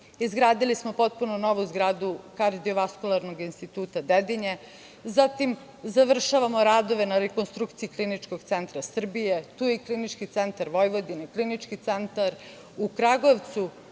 izgradili smo potpuno novo zgradu kardiovaskularnog instituta Dedinje, zatim završavamo radove na rekonstrukciji Kliničnog centra Srbije, tu je i Klinički centar Vojvodine, Klinički centar u Kragujevcu.